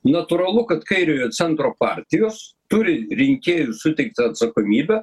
natūralu kad kairiojo centro partijos turi rinkėjų suteiktą atsakomybę